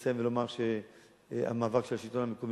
לסיים ולומר שהמאבק של השלטון המקומי,